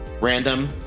random